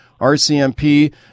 RCMP